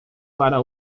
para